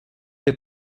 der